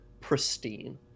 pristine